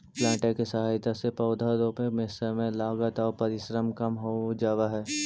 planter के सहायता से पौधा रोपे में समय, लागत आउ परिश्रम कम हो जावऽ हई